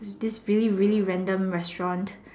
this really really random restaurant